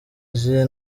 izihe